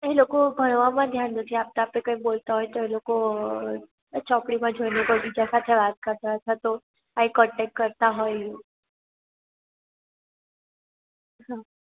એ લોકો ભણવામાં ધ્યાન નથી આપતા આપણે કાંઈ બોલતા હોય તો એ લોકો ચોપડીમાં જોઈને પણ બીજા સાથે વાત કરતાં હતા તો આઇ કોન્ટેક કરતાં હોય હા